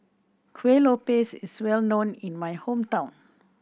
Kuih Lopes is well known in my hometown